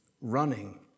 running